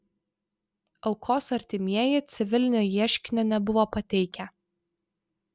aukos artimieji civilinio ieškinio nebuvo pateikę